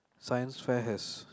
science fair has